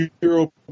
zero